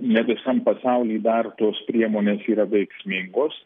ne visam pasauliui dar tos priemonės yra veiksmingos